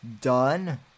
done